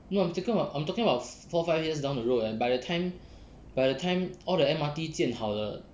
no I'm talking about I'm talking about four five years down the road eh by the time by the time all the M_R_T 建好了